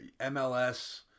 MLS